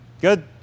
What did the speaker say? good